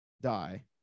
die